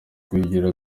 kugira